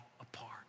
apart